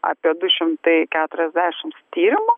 apie du šimtai keturiasdešims tyrimų